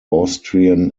austrian